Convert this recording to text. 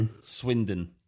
Swindon